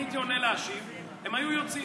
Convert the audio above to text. אני הייתי עולה להשיב, הם היו יוצאים.